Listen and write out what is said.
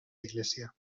iglesia